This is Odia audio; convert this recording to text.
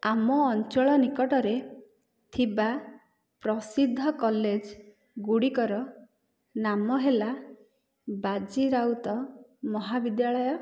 ଆମ ଅଞ୍ଚଳ ନିକଟରେ ଥିବା ପ୍ରସିଦ୍ଧ କଲେଜ୍ଗୁଡ଼ିକର ନାମ ହେଲା ବାଜି ରାଉତ ମହାବିଦ୍ୟାଳୟ